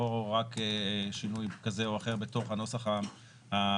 רק שינוי כזה או אחר בתוך הנוסח המקורי.